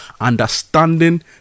understanding